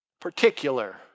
particular